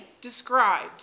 described